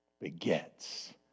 begets